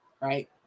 Right